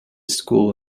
school